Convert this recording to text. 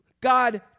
God